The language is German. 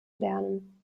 lernen